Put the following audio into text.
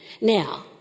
Now